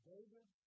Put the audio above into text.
David